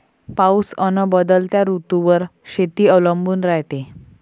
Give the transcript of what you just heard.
पाऊस अन बदलत्या ऋतूवर शेती अवलंबून रायते